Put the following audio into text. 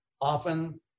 often